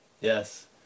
Yes